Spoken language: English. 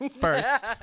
First